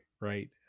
right